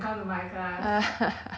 dance routines right like